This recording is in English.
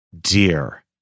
Dear